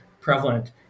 prevalent